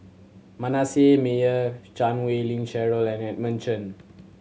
Manasseh Meyer Chan Wei Ling Cheryl and Edmund Chen